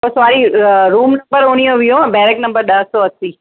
ओ sorry room number उणिवीहो वीहो ऐं बैरिक नंबर ॾह सौ असी